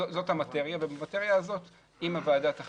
זאת המאטריה ובמאטריה הזאת אם הוועדה תחליט